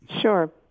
Sure